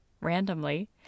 randomly